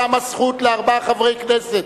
קמה זכות לארבעה חברי כנסת,